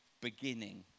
beginning